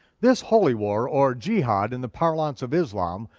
this holy war, or jihad in the parlance of islam,